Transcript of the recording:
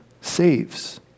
saves